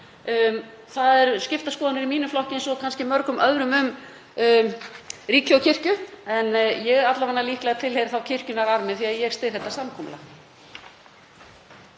Það eru skiptar skoðanir í mínum flokki eins og kannski mörgum öðrum um ríki og kirkju, en ég tilheyri líklega kirkjunnar armi því að ég styð þetta samkomulag.